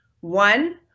One